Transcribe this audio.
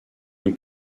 nous